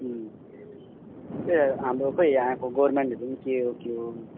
ए हाम्रो खै यहाँको गभर्न्मेन्टहरू पनि के हो के हो